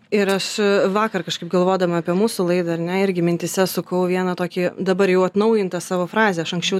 ir aš vakar kažkaip galvodama apie mūsų laidą ar ne irgi mintyse sukau vieną tokį dabar jau atnaujintą savo frazę aš anksčiau